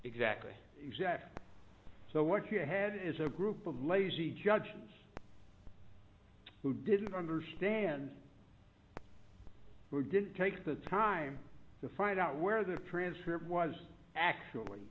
exactly exactly so what you ahead is a group of lazy judge who didn't understand who didn't take the time to find out where the transcript was actually